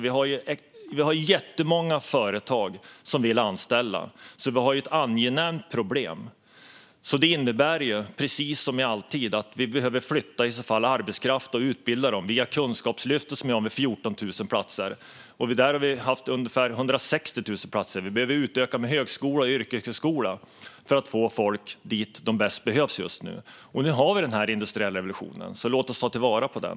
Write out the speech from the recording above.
Vi har jättemånga företag som vill anställa, så vi har ett angenämt problem. Detta innebär, som alltid, att vi behöver flytta arbetskraft och utbilda den via Kunskapslyftet; det handlar om 14 000 platser. Där har vi haft ungefär 160 000 platser. Vi behöver utöka med högskola och yrkeshögskola för att få folk dit där de bäst behövs just nu. Nu har vi den här industriella revolutionen, så låt oss ta vara på den.